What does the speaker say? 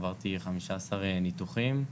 עברתי חמישה עשר ניתוחים,